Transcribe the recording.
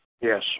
Yes